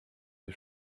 już